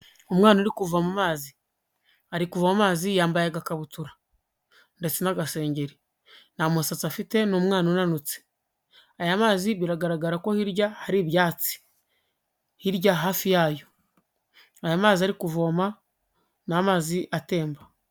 Umwana uri kuva mu mazi, ari kuva mu mazi yambaye agakabutura ndetse n'agasengeri, nta musatsi afite ni umwana unanutse, aya mazi biragaragara ko hirya hari ibyatsi, hirya hafi yayo, aya mazi ari kuvoma ni amazi atemba.